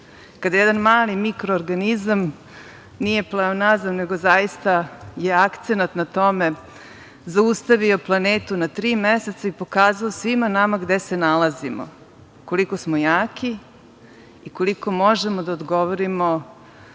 kada jedan mali mikroorganizam nije pleonazam, nego zaista je akcenat na tome zaustavio planetu na tri meseca i pokazao svima nama gde se nalazimo, koliko smo jaki i koliko možemo da odgovorimo